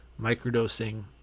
microdosing